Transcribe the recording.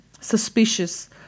suspicious